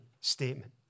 statement